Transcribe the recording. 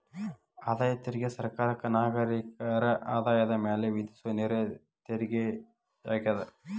ಆದಾಯ ತೆರಿಗೆ ಸರ್ಕಾರಕ್ಕ ನಾಗರಿಕರ ಆದಾಯದ ಮ್ಯಾಲೆ ವಿಧಿಸೊ ನೇರ ತೆರಿಗೆಯಾಗ್ಯದ